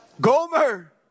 Gomer